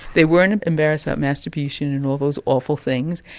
they weren't embarrassed about masterbution and all those awful things,